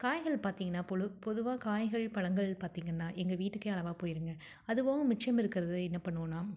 காய்கள் பார்த்தீங்கன்னா பொழு பொதுவாக காய்கள் பழங்கள் பார்த்தீங்கன்னா எங்கள் வீட்டுக்கே அளவாக போயிடுங்க அது போக மிச்சம் இருக்கிறது என்னப் பண்ணுவோன்னால்